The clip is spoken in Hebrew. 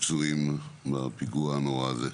לפצועים מהפיגוע הנורא הזה.